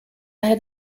had